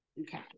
Okay